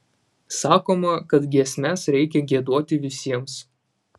sakoma kad giesmes reikia giedoti visiems